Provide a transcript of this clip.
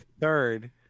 third